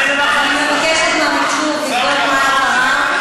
אני מבקשת מהמחשוב לבדוק מה קרה.